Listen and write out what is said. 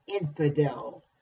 infidel